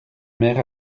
mère